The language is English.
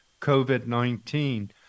COVID-19